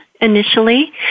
initially